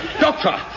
Doctor